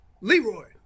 Leroy